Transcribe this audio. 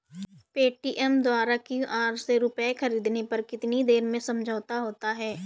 Paytm द्वारा QR से रूपए ख़रीदने पर कितनी देर में समझौता होता है?